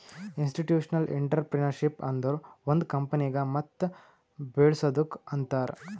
institutional entrepreneurship ಅಂದುರ್ ಒಂದ್ ಕಂಪನಿಗ ಮತ್ ಬೇಳಸದ್ದುಕ್ ಅಂತಾರ್